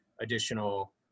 additional